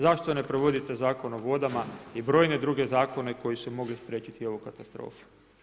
Zašto ne provodite Zakon o vodama i brojne druge zakone koji su mogli spriječiti ovu katastrofu?